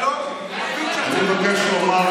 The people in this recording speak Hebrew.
מאולם המליאה.) אתה חושב שאין מיליון